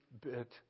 bit